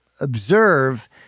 observe